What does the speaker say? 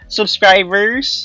Subscribers